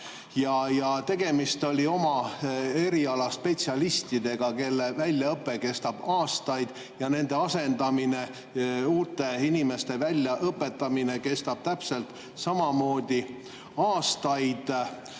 Ja tegemist oli oma eriala spetsialistidega, kelle väljaõpe kestab aastaid, aga nende asendamine ja uute inimeste väljaõpetamine kestab täpselt samamoodi aastaid.